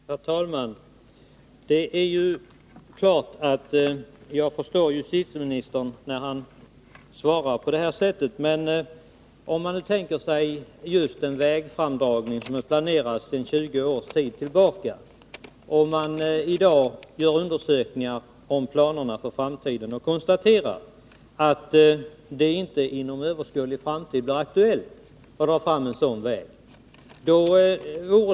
Herr talman! Det är klart att jag förstår justitieministern när han svarar på det här sättet. Men låt mig som exempel ta en vägdragning, som är planerad sedan 20 år tillbaka men beträffande vilken —- om man i dag gör undersökningar om planerna för framtiden — kan konstateras, att det inte inom överskådlig framtid blir aktuellt att dra fram en sådan väg.